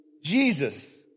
Jesus